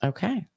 Okay